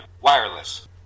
Wireless